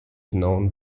known